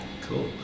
Cool